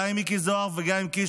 גם עם מיקי זוהר וגם עם קיש,